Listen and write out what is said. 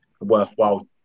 worthwhile